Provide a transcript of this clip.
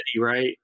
right